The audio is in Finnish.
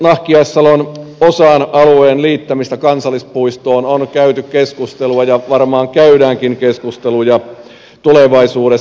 nahkiaissalon alueen osan liittämisestä kansallispuistoon on käyty keskustelua ja varmaan käydäänkin keskusteluja tulevaisuudessa